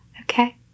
Okay